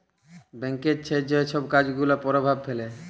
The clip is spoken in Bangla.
ব্যাংকের যে ছব কাজ গুলা পরভাব ফেলে